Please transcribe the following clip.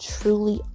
truly